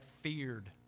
feared